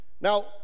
Now